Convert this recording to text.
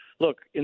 Look